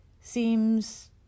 seems